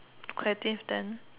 creative then